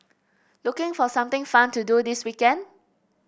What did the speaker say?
looking for something fun to do this weekend